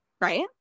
right